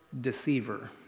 deceiver